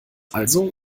also